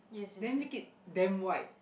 then make it damn white